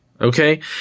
Okay